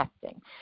testing